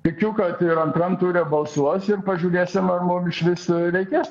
tikiu kad ir antram ture balsuos ir pažiūrėsim ar mum išvis reikės